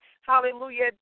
hallelujah